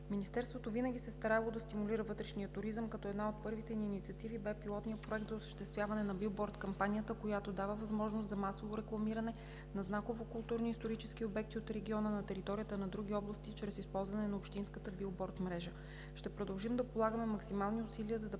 Министерството винаги се е стараело да стимулира вътрешния туризъм, като една от първите ни инициативи бе пилотният Проект за осъществяване на билборд-кампанията, която дава възможност за масово рекламиране на знакови културно-исторически обекти от региона на територията на други области чрез използване на общинската билборд-мрежа. Ще продължим да полагаме максимални усилия, за да